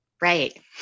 Right